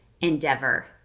endeavor